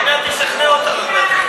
עוד מעט הוא ישכנע אותנו באמת.